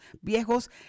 viejos